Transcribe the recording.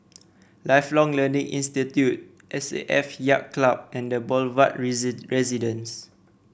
Lifelong Learning Institute S A F Yacht Club and The Boulevard Residence